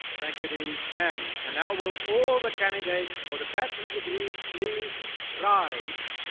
thank you dean stan. and now will all the candidates for the bachelor's degree please rise.